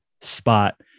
spot